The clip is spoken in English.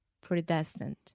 predestined